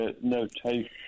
notation